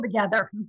together